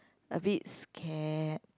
a bit scared